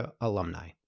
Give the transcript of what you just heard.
alumni